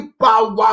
power